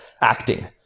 acting